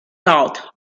thought